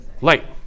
Light